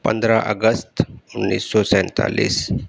پندرہ اگست انیس سو سینتالیس